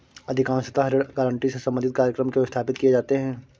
अधिकांशतः ऋण गारंटी से संबंधित कार्यक्रम क्यों स्थापित किए जाते हैं?